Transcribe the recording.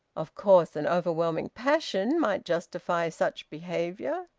of course, an overwhelming passion might justify such behaviour!